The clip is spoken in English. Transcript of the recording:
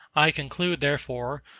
i conclude, therefore,